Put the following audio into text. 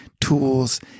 tools